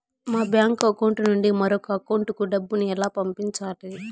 మా bank account నుండి మరొక అకౌంట్ కు డబ్బును ఎలా పంపించాలి